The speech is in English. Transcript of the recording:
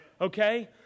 okay